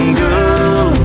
girl